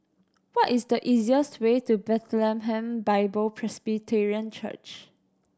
what is the easiest way to Bethlehem Bible Presbyterian Church